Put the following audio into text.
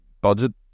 budget